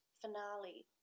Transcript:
finale